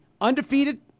undefeated